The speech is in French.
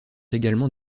également